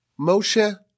Moshe